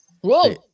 Whoa